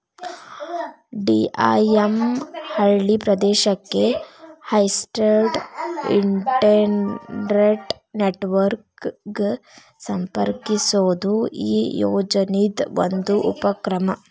DIM ಹಳ್ಳಿ ಪ್ರದೇಶಕ್ಕೆ high speed internet network ಗ ಸಂಪರ್ಕಿಸೋದು ಈ ಯೋಜನಿದ್ ಒಂದು ಉಪಕ್ರಮ